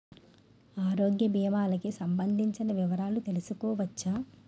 ఆరోగ్య భీమాలకి సంబందించిన వివరాలు తెలుసుకోవచ్చా?